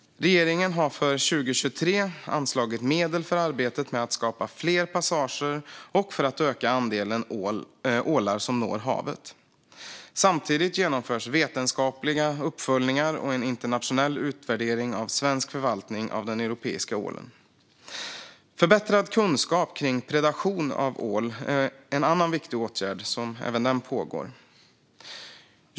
Regeringen har för 2023 anslagit medel för arbetet med att skapa fler passager och öka antalet ålar som når havet. Samtidigt genomförs vetenskapliga uppföljningar och en internationell utvärdering av svensk förvaltning av den europeiska ålen. Förbättrad kunskap om predation på ål är en annan viktig åtgärd som pågår.